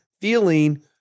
feeling